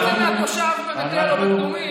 מה אתה רוצה מהתושב בבית אל או בקדומים,